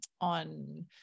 on